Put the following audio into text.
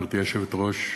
גברתי היושבת-ראש,